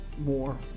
more